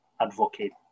advocate